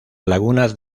lagunas